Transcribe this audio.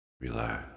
Relax